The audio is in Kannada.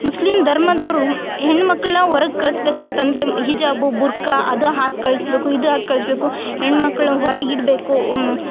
ಮುಸ್ಲಿಮ್ ಧರ್ಮದೋರು ಹೆಣ್ ಮಕ್ಳಳನ್ನ ಹೊರಗೆ ಕಳ್ಸ್ಬೇಕಂತ ಅಂದರೆ ಹಿಜಾಬು ಬುರ್ಕ ಅದು ಹಾಕಿ ಕಳ್ಸ್ಬೇಕು ಇದು ಹಾಕಿ ಕಳ್ಸ್ಬೇಕು ಹೆಣ್ಣು ಮಕ್ಕಳು ಹೊರಗೆ ಇಡಬೇಕು